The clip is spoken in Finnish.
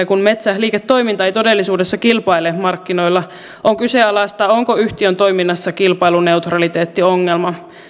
kun metsäliiketoiminta ei todellisuudessa kilpaile markkinoilla on kyseenalaista onko yhtiön toiminnassa kilpailuneutraliteettiongelma